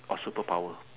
or superpower